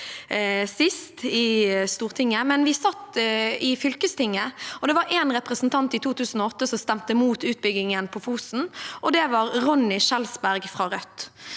vi satt i fylkestinget. Det var én representant i 2008 som stemte imot utbyggingen på Fosen, og det var Ronny Kjelsberg fra Rødt.